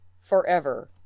forever